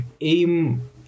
aim